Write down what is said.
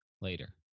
later